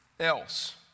else